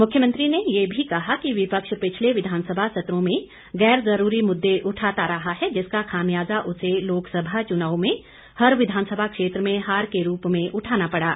मुख्यमंत्री ने ये भी कहा कि विपक्ष पिछले विधानसभा सत्रों में गैर ज़रूरी मुद्दे उठाता रहा है जिसका खामियाजा उसे लोकसभा चुनाव में हर विधानसभा क्षेत्र में हार के रूप में उठाना पड़ा